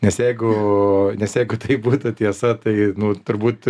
nes jeigu nes jeigu tai būtų tiesa tai nu turbūt